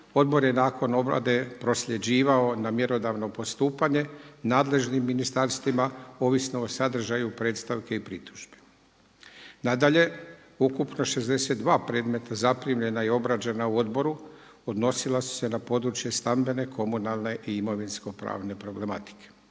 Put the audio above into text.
Odbor je nakon obrade prosljeđivao na mjerodavno postupanje nadležnim ministarstvima ovisno o sadržaju predstavki i pritužbi. Nadalje, ukupno 62 predmeta zaprimljena i obrađena u odboru odnosila su se na područje stambene, komunalne i imovinsko pravne problematike.